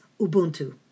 Ubuntu